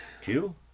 two